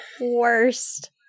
worst